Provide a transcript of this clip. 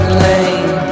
lane